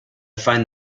find